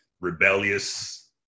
rebellious